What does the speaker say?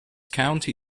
county